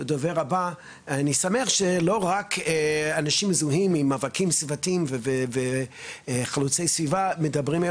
אני שמח שלא רק אנשים מזוהים עם מאבקים סביבתיים וחלוצי סביבה מדברים,